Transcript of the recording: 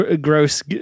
gross